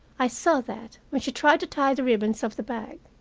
i saw that when she tried to tie the ribbons of the bag.